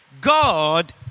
God